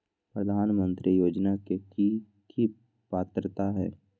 प्रधानमंत्री योजना के की की पात्रता है?